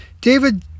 David